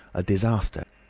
a disaster